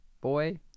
boy